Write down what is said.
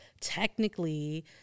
technically